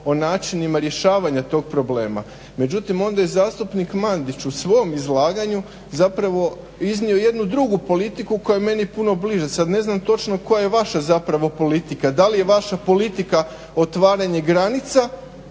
o načinima rješavanja tog problema. Međutim, onda je zastupnik Mandić u svom izlaganju zapravo iznio jednu drugu politiku koja je meni puno bliže, sad ne znam točno koja je vaša zapravo politika. Da li je vaša politika otvaranje granica